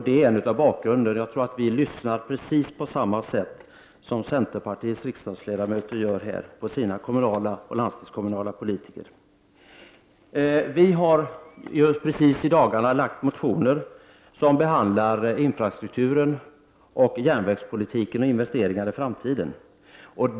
Det hör till bakgrunden. Jag tror att vi lyssnar precis på samma sätt som cen Vi har i dagarna väckt motioner som behandlar infrastrukturen, järnvägspolitiken och investeringarna i framtiden.